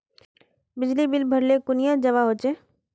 बिजली बिल भरले कुनियाँ जवा होचे?